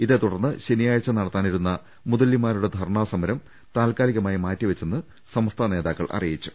ഇതേ ത്തുടർന്ന് ശനിയാഴ്ച നടത്താനിരുന്ന മുതല്ലിമാരുടെ ധർണാ സമരം താൽക്കാലികമായി മാറ്റിവച്ചതായി സമസ്ത നേതാക്കൾ അറിയിച്ചു